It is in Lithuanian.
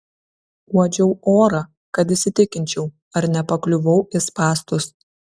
uodžiau orą kad įsitikinčiau ar nepakliuvau į spąstus